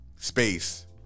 Space